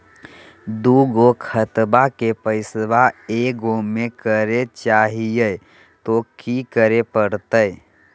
दू गो खतवा के पैसवा ए गो मे करे चाही हय तो कि करे परते?